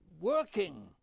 working